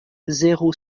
zéro